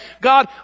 God